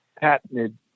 patented